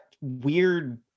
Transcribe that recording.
weird